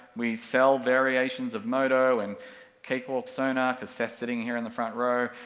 we sell variations of modo and cakewalk sonar, because seth's sitting here in the front row.